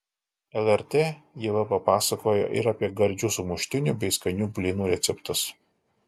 lrt ieva papasakojo ir apie gardžių sumuštinių bei skanių blynų receptus